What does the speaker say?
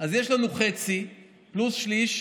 אז יש לנו חצי פלוס שליש,